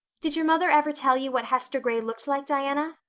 did your mother ever tell you what hester gray looked like, diana?